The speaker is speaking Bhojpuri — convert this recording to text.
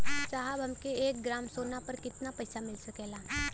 साहब हमके एक ग्रामसोना पर कितना पइसा मिल सकेला?